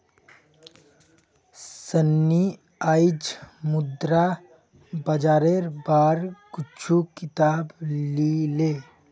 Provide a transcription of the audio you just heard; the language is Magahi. सन्नी आईज मुद्रा बाजारेर बार कुछू किताब ली ले